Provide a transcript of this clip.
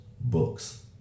books